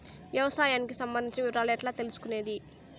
వ్యవసాయానికి సంబంధించిన వివరాలు ఎట్లా తెలుసుకొనేది?